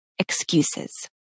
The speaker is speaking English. excuses